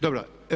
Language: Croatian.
Dobro.